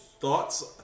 Thoughts